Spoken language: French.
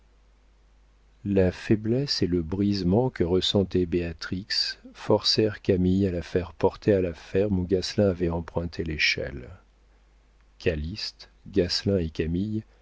la faiblesse et le brisement que ressentait béatrix forcèrent camille à la faire porter à la ferme où gasselin avait emprunté l'échelle calyste gasselin et camille